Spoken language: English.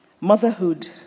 Motherhood